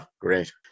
great